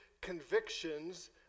convictions